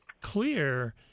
clear